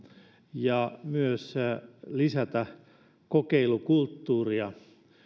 ja myös lisätä kokeilukulttuuria